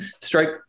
strike